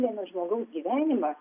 vieno žmogaus gyvenimą